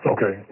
Okay